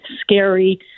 scary